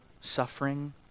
suffering